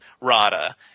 Rada